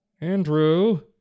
Andrew